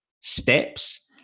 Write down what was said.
steps